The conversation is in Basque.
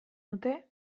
dute